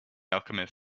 alchemist